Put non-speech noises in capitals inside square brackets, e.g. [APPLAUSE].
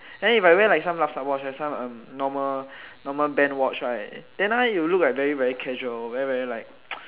then if I wear like some lup-sup watch like some um normal normal band watch right then now it will look like very casual very very like [NOISE]